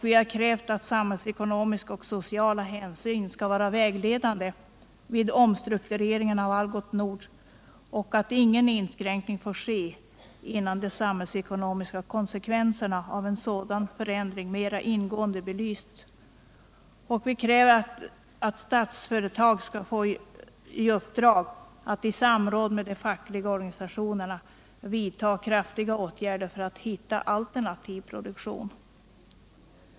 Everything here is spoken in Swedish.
Vi har krävt att samhällsekonomiska och sociala hänsyn skall vara vägledande vid omstruktureringen av Algots Nord samt att ingen inskränkning får ske innan de samhällsekonomiska konsekvenserna av en sådan förändring mera ingående belysts. Vi kräver vidare att Statsföretag skall få i uppdrag att i samråd med de fackliga organisationerna vidta kraftiga åtgärder för att hitta alternativ produktion.